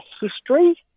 history